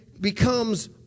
becomes